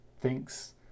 thinks